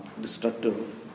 destructive